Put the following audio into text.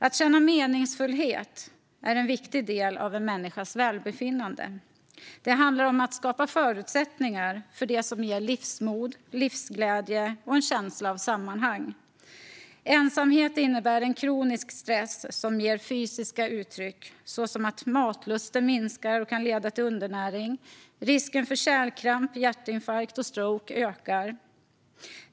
Att känna meningsfullhet är en viktig del av en människas välbefinnande. Det handlar om att skapa förutsättningar för det som ger livsmod, livsglädje och en känsla av sammanhang. Ensamhet innebär en kronisk stress som tar sig fysiska uttryck såsom att matlusten minskar, vilket kan leda till undernäring. Risken för kärlkramp, hjärtinfarkt och stroke ökar.